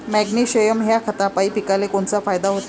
Magnesium ह्या खतापायी पिकाले कोनचा फायदा होते?